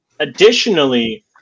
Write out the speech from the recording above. Additionally